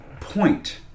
point